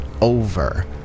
over